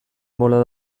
bolada